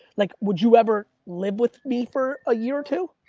like would you ever live with me for a year or two?